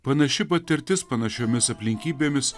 panaši patirtis panašiomis aplinkybėmis